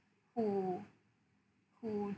who who